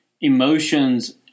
emotions